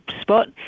spot